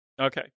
Okay